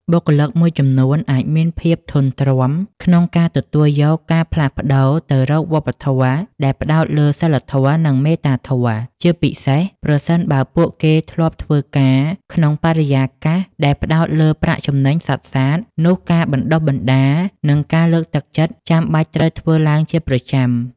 បុគ្គលិកមួយចំនួនអាចមាន ភាពធន់ទ្រាំ ក្នុងការទទួលយកការផ្លាស់ប្ដូរទៅរកវប្បធម៌ដែលផ្ដោតលើសីលធម៌ និងមេត្តាធម៌ ជាពិសេសប្រសិនបើពួកគេធ្លាប់ធ្វើការក្នុងបរិយាកាសដែលផ្ដោតតែលើប្រាក់ចំណេញសុទ្ធសាធ នោះការបណ្ដុះបណ្ដាល និងការលើកទឹកចិត្តចាំបាច់ត្រូវធ្វើឡើងជាប្រចាំ។